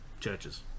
churches